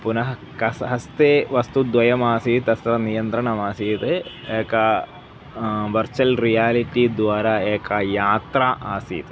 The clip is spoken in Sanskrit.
पुनः कः हस्ते वस्तुद्वयमासीत् तस्य नियन्त्रणम् आसीत् एका वर्चुवल् रियालिटि द्वारा एका यात्रा आसीत्